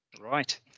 Right